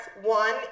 One